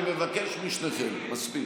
אני מבקש משניכם, מספיק.